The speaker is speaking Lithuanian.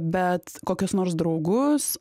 bet kokius nors draugus